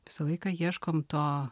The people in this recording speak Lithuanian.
visą laiką ieškom to